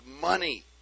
money